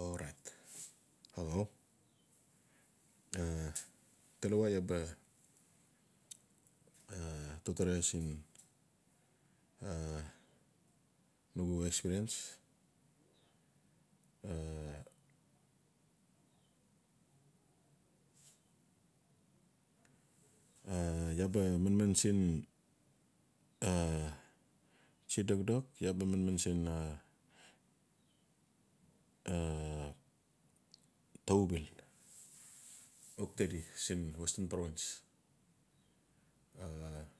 O rait axau talawa iaa ba totore siin. A nugu experiance a-a iaa ba manman siin tsi dokdokiaa ba manman tabubil ok tedi siin western province. A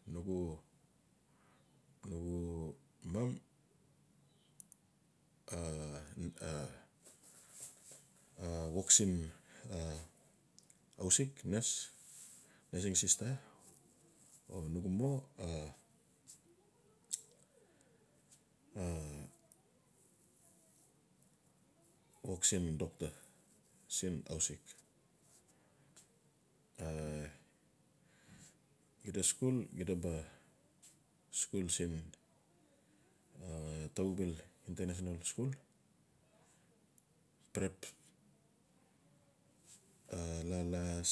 nugu mom a a wok siin aus sik nurse. nursing sister o nugu moma woksiin docktor siin aus sik. A xida skul prepa a la las-la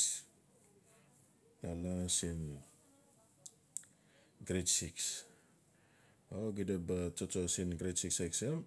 sal siin grade six o gida ba tsotso siin grade six exam.